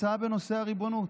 הצעה בנושא הריבונות,